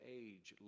age